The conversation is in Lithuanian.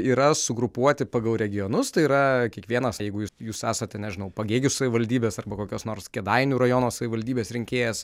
yra sugrupuoti pagal regionus tai yra kiekvienas jeigu jis jūs esate nežinau pagėgių savivaldybės arba kokios nors kėdainių rajono savivaldybės rinkėjas